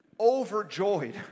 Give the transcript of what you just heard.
overjoyed